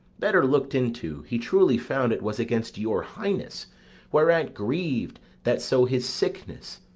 better look'd into, he truly found it was against your highness whereat griev'd that so his sickness,